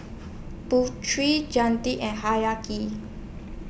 Putri and Hayati